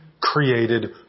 created